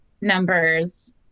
numbers